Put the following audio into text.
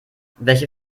welche